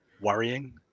worrying